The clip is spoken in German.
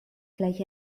gleich